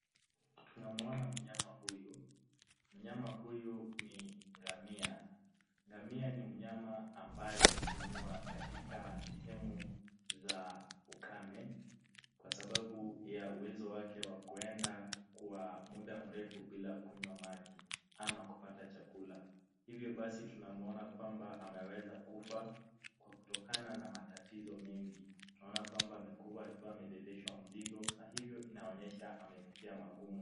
Tunamuona mnyama huyu, mnyama huyu ni ngamia. Ngamia ni mnyama ambaye hutumiwa katika sehemu za ukame kwa sababu ya uwezo wake wa kwenda kwa muda mrefu bila kunywa maji ama kupata chakula. Hivyo basi tunamuona kwamba ameweza kufa kwa kutokana na matatizo mingi. Tunaona kwamba amekufa akiwa akibebeshwa mzingo na hivyo inaonyesha amepitia magumu.